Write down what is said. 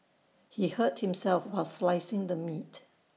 he hurt himself while slicing the meat